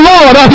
Lord